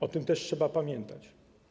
O tym też trzeba pamiętać.